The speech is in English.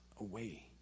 away